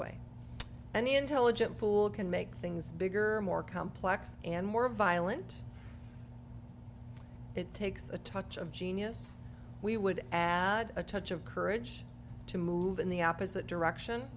way any intelligent fool can make things bigger more complex and more violent it takes a touch of genius we would add a touch of courage to move in the opposite direction